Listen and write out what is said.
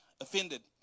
offended